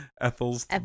Ethel's